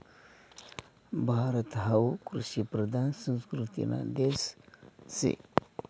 भारत हावू कृषिप्रधान संस्कृतीना देश शे